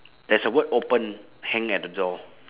there's a word open hang at the door